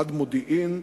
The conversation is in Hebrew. עד מודיעין,